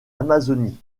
amazonie